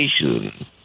education